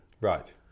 right